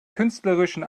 künstlerischen